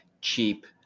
cheap